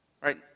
Right